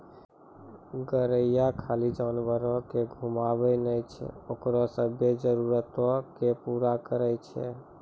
गरेरिया खाली जानवरो के घुमाबै नै छै ओकरो सभ्भे जरुरतो के पूरा करै छै